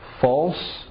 False